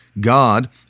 God